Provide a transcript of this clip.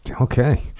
Okay